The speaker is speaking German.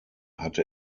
hatte